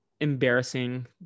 embarrassing